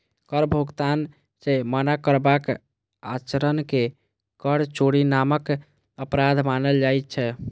कर भुगतान सं मना करबाक आचरण कें कर चोरी नामक अपराध मानल जाइ छै